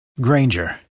Granger